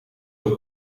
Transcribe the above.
ook